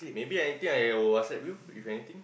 maybe I think I WhatsApp's you if anything